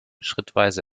schrittweise